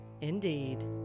indeed